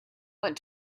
went